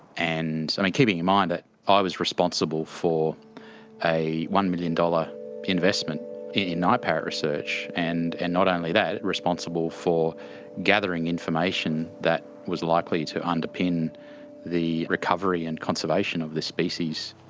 and i mean keeping in mind i was responsible for a one million dollar investment in night parrot research and and not only that, responsible for gathering information that was likely to underpin the recovery and conservation of the species.